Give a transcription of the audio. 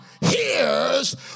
hears